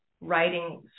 writing